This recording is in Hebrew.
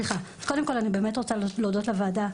קודם כל אני באמת רוצה להודות לוועדה,